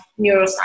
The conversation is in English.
neuroscience